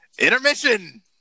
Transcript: intermission